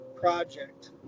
project